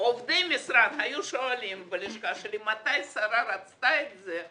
עובדי המשרד היו שואלים בלשכה שלי מתי השרה רצתה את זה,